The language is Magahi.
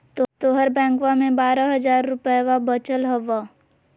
तोहर बैंकवा मे बारह हज़ार रूपयवा वचल हवब